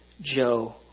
Joe